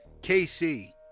KC